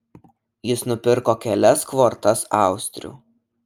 jis nupirko kelias kvortas austrių